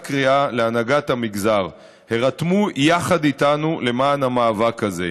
קריאה להנהגת המגזר: הירתמו יחד איתנו למאבק הזה,